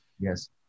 yes